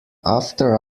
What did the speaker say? after